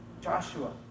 Joshua